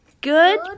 good